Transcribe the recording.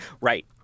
Right